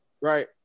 right